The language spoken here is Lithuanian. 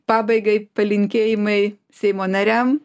pabaigai palinkėjimai seimo nariam